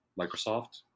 microsoft